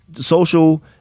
social